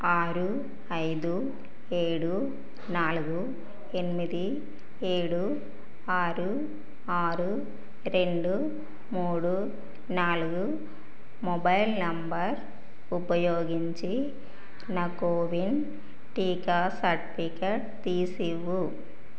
ఆరు ఐదు ఏడు నాలుగు ఎనిమిది ఏడు ఆరు ఆరు రెండు మూడు నాలుగు మొబైల్ నంబర్ ఉపయోగించి నా కోవిన్ టీకా సర్టిఫికేట్ తీసివ్వుము